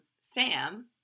Sam